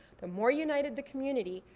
the more united the community,